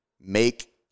make